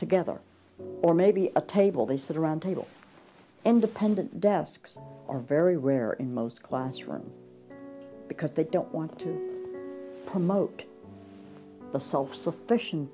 together or maybe a table they sit around a table and dependent desks are very rare in most classroom because they don't want to promote the self sufficien